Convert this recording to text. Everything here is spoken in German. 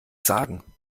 sagen